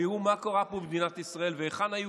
ויראו מה קרה פה במדינת ישראל והיכן היו